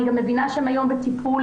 אני גם מבינה שהן היום בטיפול